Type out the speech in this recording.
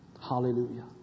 Hallelujah